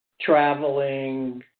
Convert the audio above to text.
traveling